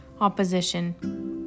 opposition